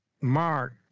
Mark